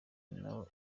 nawe